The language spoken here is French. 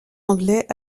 anglais